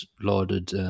lauded